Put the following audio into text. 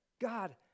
God